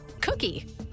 Cookie